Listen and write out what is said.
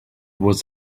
was